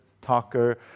talker